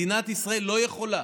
מדינת ישראל לא יכולה,